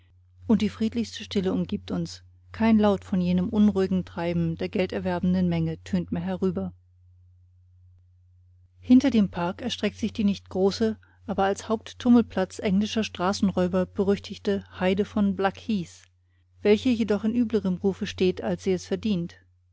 und die friedlichste stille umgibt uns kein laut von jenem unruhigen treiben der gelderwerbenden menge tönt mehr herüber hinter dem park erstreckt sich die nicht große aber als haupttummelplatz englischer straßenräuber berüchtigte heide von blackheath welche jedoch in üblerem rufe steht als sie es verdient